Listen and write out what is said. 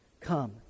Come